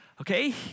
Okay